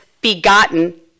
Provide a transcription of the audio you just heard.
begotten